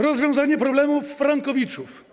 Rozwiązanie problemów frankowiczów.